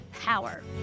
power